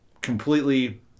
completely